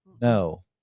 no